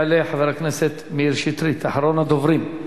יעלה חבר הכנסת מאיר שטרית, אחרון הדוברים.